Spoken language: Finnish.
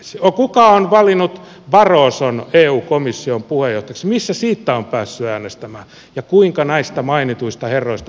no kuka on valinnut barroson eu komission puheenjohtajaksi missä siitä on päässyt äänestämään ja kuinka näistä mainituista herroista pääsee eroon